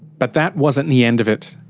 but that wasn't the end of it.